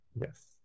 Yes